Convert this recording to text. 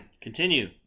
Continue